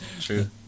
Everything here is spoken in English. True